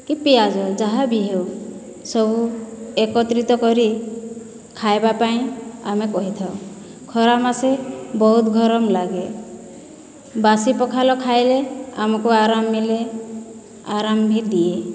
କି ପିଆଜ ଯାହା ବି ହେଉ ସବୁ ଏକତ୍ରିତ କରି ଖାଇବା ପାଇଁ ଆମେ କହିଥାଉ ଖରା ମାସେ ବହୁତ ଗରମ ଲାଗେ ବାସି ପଖାଲ ଖାଏଲେ ଆମକୁ ଆରାମ ମିଲେ ଆରାମ ବି ଦିଏ